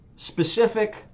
Specific